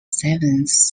seventh